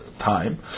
time